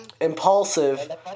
Impulsive